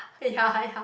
ya ya